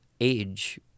age